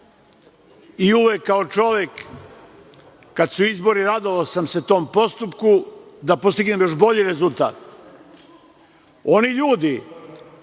i uvek kao čovek, kada su izbori, radovao sam se tom postupku da postignem još bolji rezultat. Oni ljudi